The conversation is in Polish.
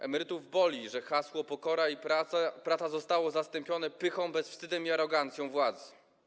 Emerytów boli, że hasło „pokora i praca” zostało zastąpione pychą, bezwstydem i arogancją władzy.